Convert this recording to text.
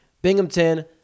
Binghamton